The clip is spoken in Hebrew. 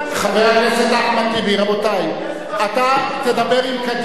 חבר הכנסת אחמד טיבי, רבותי, אתה תדבר עם קדימה,